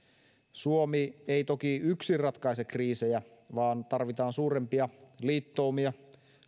suomi ei toki yksin ratkaise kriisejä vaan tarvitaan suurempia liittoumia